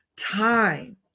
time